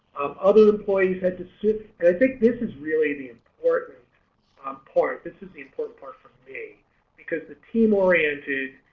other employees had to sue i think this is really the important part this is the important part for me because the team-oriented